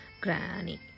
granny